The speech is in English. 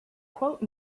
quote